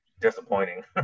disappointing